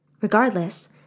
Regardless